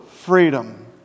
freedom